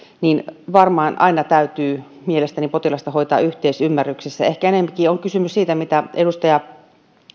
niin mielestäni varmaan aina täytyy potilasta hoitaa yhteisymmärryksessä ehkä enempikin on on kysymys siitä mitä edustaja